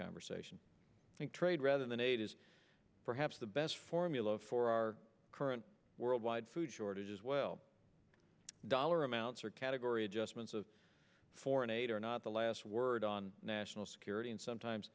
conversation and trade rather than aid is perhaps the best formula for our current worldwide food shortages well dollar amounts or category adjustments of foreign aid are not the last word on national security and sometimes